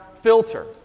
filter